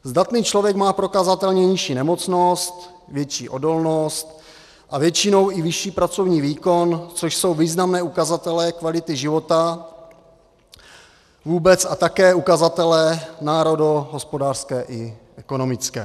Zdatný člověk má prokazatelně nižší nemocnost, větší odolnost a většinou i vyšší pracovní výkon, což jsou významné ukazatele kvality života vůbec a také ukazatele národohospodářské i ekonomické.